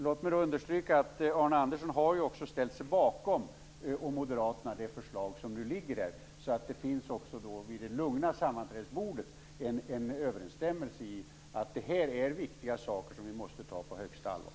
Låt mig understryka att Arne Andersson och Moderaterna också har ställt sig bakom det förslag som föreligger. Vid det lugna sammanträdesbordet finns det en överensstämmelse i våra åsikter om att detta är viktiga saker som vi måste ta på högsta allvar.